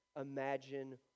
imagine